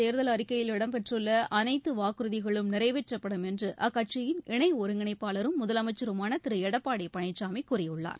தேர்தல் அறிக்கையில் இடம்பெற்றுள்ள அனைத்து வாக்குறுதிகளும் அஇஅதிமுக நிறைவேற்றப்படும் என்று அக்கட்சியின் இணை ஒருங்கிணைப்பாளரும் முதலமைச்சருமான திரு எடப்பாடி பழனிசாமி கூறியுள்ளார்